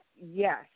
Yes